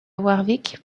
warwick